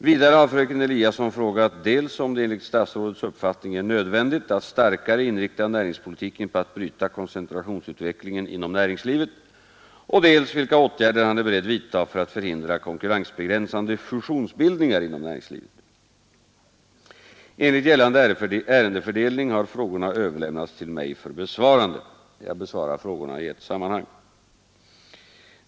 Vidare har fröken Eliasson frågat dels om det enligt statsrådets uppfattning är nödvändigt att starkare inrikta näringspolitiken på att bryta koncentrationsutvecklingen inom näringslivet, dels vilka åtgärder han är beredd vidta för att förhindra konkurrensbegränsande fusionsbildningar inom näringslivet. Enligt gällande ärendefördelning har frågorna överlämnats till mig för besvarande. Jag besvarar frågorna i ett sammanhang.